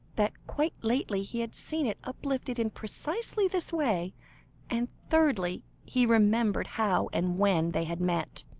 that quite lately he had seen it uplifted in precisely this way and thirdly, he remembered how and when they had met.